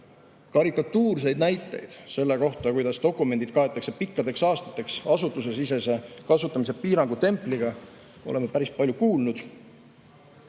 Karikatuurseid näiteid selle kohta, kuidas dokumendid kaetakse pikkadeks aastateks asutusesisese kasutamise piirangu templiga, oleme päris palju kuulnud. Oleme